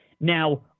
Now